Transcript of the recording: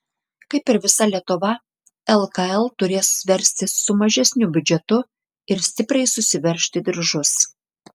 kaip ir visa lietuva lkl turės verstis su mažesniu biudžetu ir stipriai susiveržti diržus